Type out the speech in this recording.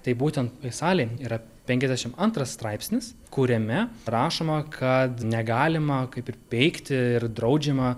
tai būtent salė yra penkiasdešim antras straipsnis kuriame rašoma kad negalima kaip ir peikti ir draudžiama